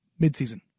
midseason